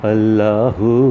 Allahu